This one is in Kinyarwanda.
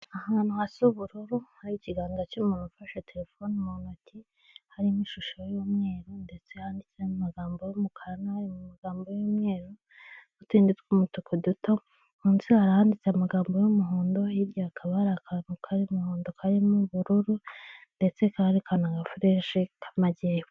Ahantu hasi ubururu hari ikiganza cy'umuntu ufashe telefone mu ntoki, harimo ishusho y'umweru ndetse handitsemo amagambo y'umukara no mu magambo y'umweru. n'utundi tw'umutuku duto, munsi hara handitse amagambo y'umuhondo hirya hakaba hari akantu kari muhondo karimo ubururu ndetse karekana agafushe k'amajyepfo.